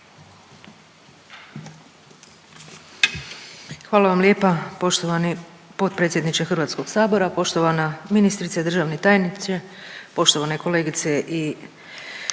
Hvala vam lijepa poštovani potpredsjedniče Hrvatskog sabora. Poštovana ministrice i državni tajniče, poštovane kolegice i